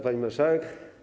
Pani Marszałek!